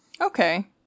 Okay